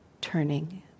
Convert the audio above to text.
turning